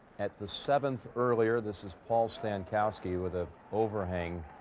at the seventh earlier, this is paul stankowski with the overhang